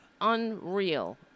unreal